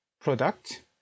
product